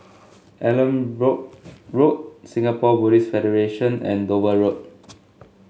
Allanbrooke Road Singapore Buddhist Federation and Dover Road